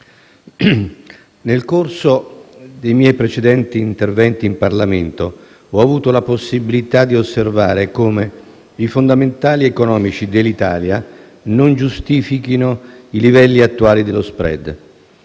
nel corso dei miei precedenti interventi in Parlamento ho avuto la possibilità di osservare come i fondamentali economici dell'Italia non giustifichino i livelli attuali dello *spread*.